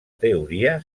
teoria